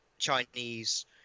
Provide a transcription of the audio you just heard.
Chinese